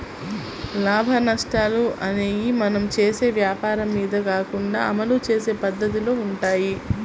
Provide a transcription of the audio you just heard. లాభనష్టాలు అనేయ్యి మనం చేసే వ్వాపారం మీద కాకుండా అమలు చేసే పద్దతిలో వుంటయ్యి